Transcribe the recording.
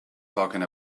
talking